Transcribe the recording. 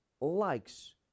likes